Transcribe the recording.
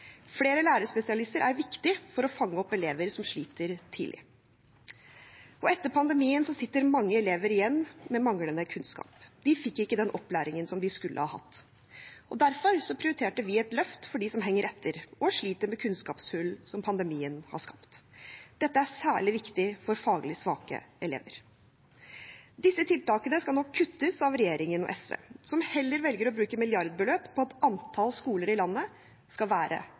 Flere lærerspesialister er viktig for tidlig å fange opp elever som sliter. Etter pandemien sitter mange elever igjen med manglende kunnskap. De fikk ikke den opplæringen som de skulle ha hatt. Derfor prioriterte vi et løft for dem som henger etter og sliter med kunnskapshull som pandemien har skapt. Dette er særlig viktig for faglig svake elever. Disse tiltakene skal nå kuttes av regjeringen og SV, som heller velger å bruke milliardbeløp på at antall skoler i landet skal være